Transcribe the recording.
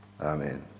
Amen